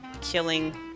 killing